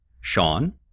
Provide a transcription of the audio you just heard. Sean